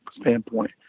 standpoint